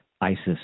ISIS